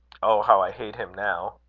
oh, how i hate him now!